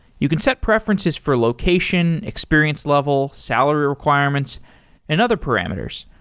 you can set preferences for location, experience level, salary requirements and other parameters,